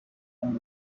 and